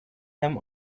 them